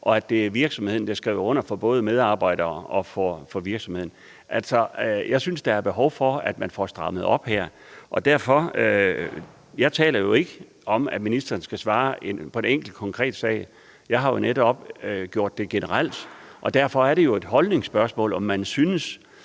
det er virksomheden, der skriver under for både medarbejdere og virksomhed. Jeg synes, der er behov for, at man får strammet op her. Jeg taler ikke om, at ministeren skal svare på spørgsmål om en enkelt konkret sag; jeg har netop gjort det generelt. Det er jo et holdningsspørgsmål, om man synes,